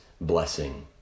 blessing